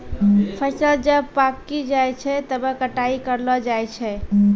फसल जब पाक्की जाय छै तबै कटाई करलो जाय छै